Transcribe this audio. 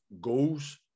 goals